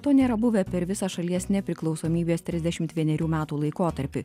to nėra buvę per visą šalies nepriklausomybės trisdešimt vienerių metų laikotarpį